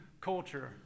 culture